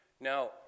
Now